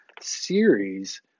series